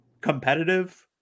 competitive